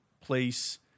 place